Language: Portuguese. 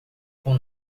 com